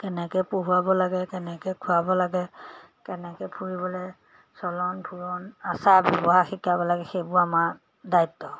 কেনেকৈ পঢ়োৱাব লাগে কেনেকৈ খুৱাব লাগে কেনেকৈ ফুৰিবলৈ চলন ফুৰণ আচাৰ ব্যৱহাৰ শিকাব লাগে সেইবোৰ আমাৰ দায়িত্ব